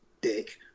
dick